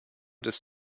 des